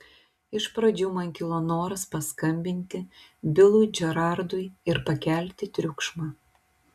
iš pradžių man kilo noras paskambinti bilui džerardui ir pakelti triukšmą